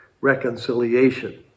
reconciliation